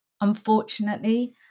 unfortunately